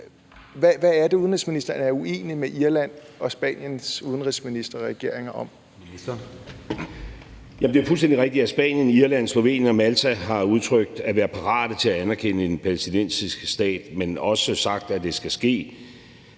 Kl. 19:45 Udenrigsministeren (Lars Løkke Rasmussen): Det er fuldstændig rigtigt, at Spanien, Irland, Slovenien og Malta har udtrykt at være parate til at anerkende en palæstinensisk stat, men også sagt, at det skal ske,